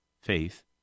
Faith